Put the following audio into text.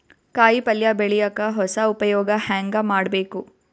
ಕಾಯಿ ಪಲ್ಯ ಬೆಳಿಯಕ ಹೊಸ ಉಪಯೊಗ ಹೆಂಗ ಮಾಡಬೇಕು?